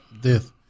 death